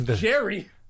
Jerry